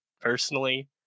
personally